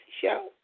show